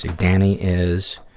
danny is,